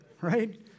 Right